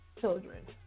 children